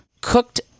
cooked